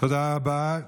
תודה רבה.